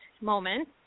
moment